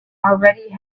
already